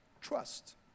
trust